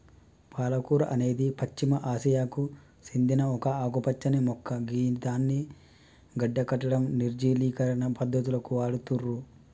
పాలకూర అనేది పశ్చిమ ఆసియాకు సేందిన ఒక ఆకుపచ్చని మొక్క గిదాన్ని గడ్డకట్టడం, నిర్జలీకరణ పద్ధతులకు వాడుతుర్రు